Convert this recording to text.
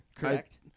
correct